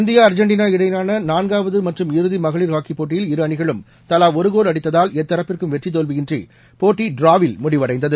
India Argentina இடையிலான நான்காவது மற்றும் இறுதி மகளிர் ஹாக்கி போட்டியில் இரு அணிகளும் தலா ஒரு கோல் அடித்ததால் எத்தரப்புக்கும் வெற்றி தோல்வியின்றி போட்டி டிராவில் முடிவடைந்தது